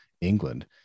England